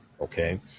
okay